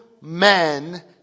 men